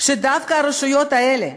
שדווקא הרשויות האלה,